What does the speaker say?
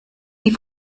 die